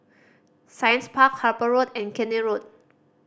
Science Park Harper Road and Keene Road